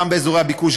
גם באזורי הביקוש,